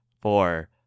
four